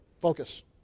focus